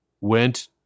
went